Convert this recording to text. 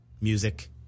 music